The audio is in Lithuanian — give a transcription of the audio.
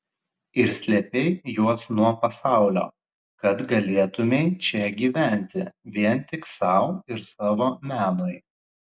ir slėpei juos nuo pasaulio kad galėtumei čia gyventi vien tik sau ir savo menui